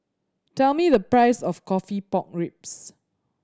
tell me the price of coffee pork ribs